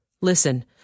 Listen